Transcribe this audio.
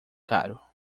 caro